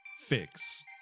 Fix